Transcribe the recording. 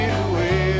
away